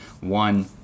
one